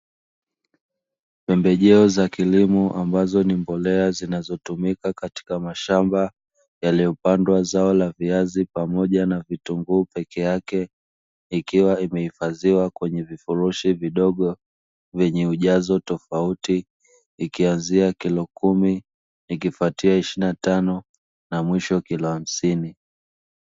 Pembejeo za kilimo ambazo ni mbolea zinazotumika katika mashamba yaliyopandwa zao la viazi pamoja na vitunguu peke yake ikiwa imehifadhiwa kwenye vifurushi vidogo vyenye ujazo tofauti ikianzia kilo kumi, ikifuatie ishirini na tano na mwisho kilo hamsini.